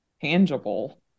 tangible